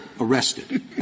arrested